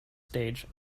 stage